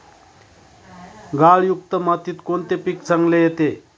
गाळयुक्त मातीत कोणते पीक चांगले येते?